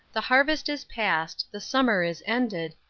the harvest is past, the summer is ended,